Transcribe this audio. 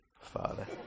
Father